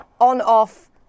on-off